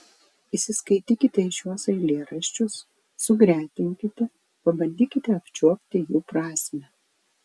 įsiskaitykite į šiuos eilėraščius sugretinkite pabandykite apčiuopti jų prasmę